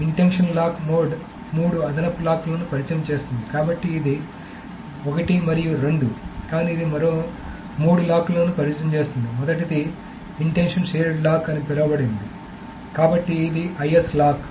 intention lock mode మూడు అదనపు లాక్లను పరిచయం చేస్తుంది కాబట్టి ఇది 1 మరియు 2 కానీ ఇది మరో మూడు లాక్లను పరిచయం చేస్తుంది మొదటిది ఇంటెన్షన్ షేర్డ్ లాక్ అని పిలువబడుతుంది కాబట్టి ఇది IS లాక్